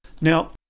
Now